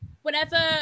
Whenever